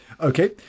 Okay